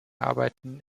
arbeiten